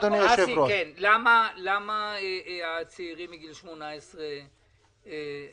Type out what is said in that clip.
אסי, למה הצעירים מגיל 18 לא ---?